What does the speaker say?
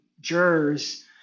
jurors